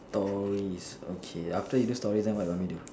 stories okay after you do stories then what you want me to do